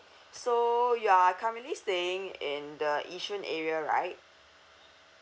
so you are currently staying in the yishun area right